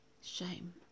Shame